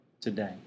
today